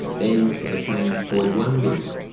then it became forty one billion